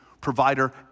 provider